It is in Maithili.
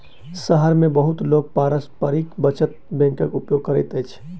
शहर मे बहुत लोक पारस्परिक बचत बैंकक उपयोग करैत अछि